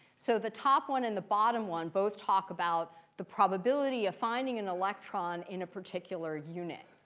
so the top one and the bottom one both talk about the probability of finding an electron in a particular unit.